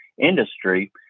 industry